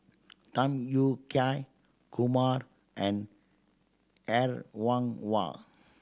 Tham Yui Kai Kumar and Er Kwong Wah